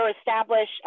establish